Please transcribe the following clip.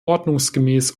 ordnungsgemäß